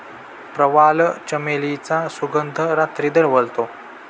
प्रवाळ, चमेलीचा सुगंध रात्री दरवळतो